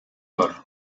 бар